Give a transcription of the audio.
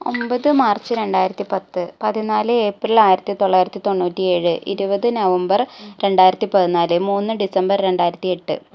ഒമ്പത് മാർച്ച് രണ്ടായിരത്തി പത്ത് പതിനാല് ഏപ്രിൽ ആയിരത്തി തൊള്ളായിരത്തി തൊണ്ണൂറ്റി ഏഴ് ഇരുപത് നവംബർ രണ്ടായിരത്തി പതിനാല് മൂന്ന് ഡിസംബർ രണ്ടായിരത്തി എട്ട്